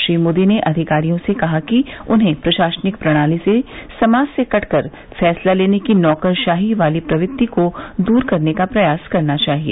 श्री मोदी ने अधिकारियों से कहा कि उन्हें प्रशासनिक प्रणाली से समाज से कटकर फैसला लेने की नौकरशाही वाली प्रवृत्ति को दूर करने का प्रयास करना चाहिए